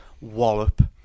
wallop